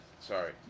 sorry